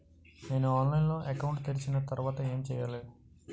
నేను ఆన్లైన్ లో అకౌంట్ తెరిచిన తర్వాత ఏం చేయాలి?